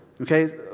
okay